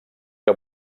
que